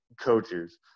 coaches